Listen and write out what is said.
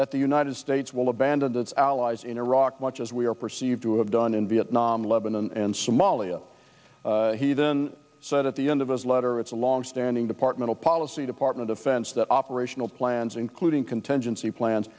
the united states will abandon its allies in iraq much as we are perceived to have done in vietnam lebanon and somalia he then said at the end of his letter it's a longstanding departmental policy department offense that operational plans including contingency plans